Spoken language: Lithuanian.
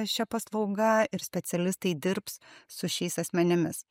šia paslauga ir specialistai dirbs su šiais asmenimis